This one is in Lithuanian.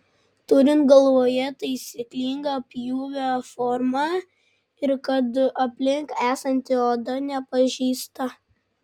turint galvoje taisyklingą pjūvio formą ir kad aplink esanti oda nepažeista